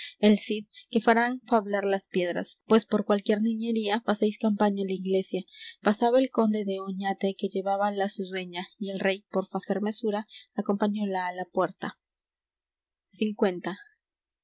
el cid que farán fablar las piedras pues por cualquier niñería facéis campaña la iglesia pasaba el conde de oñate que llevaba la su dueña y el rey por facer mesura acompañóla á la puerta